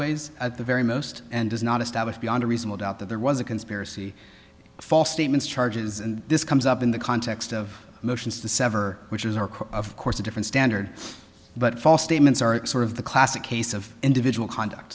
ways at the very most and does not establish beyond a reasonable doubt that there was a conspiracy false statements charges and this comes up in the context of motions to sever which is our quote of course a different standard but false statements are sort of the classic case of individual conduct